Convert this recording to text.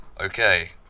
Okay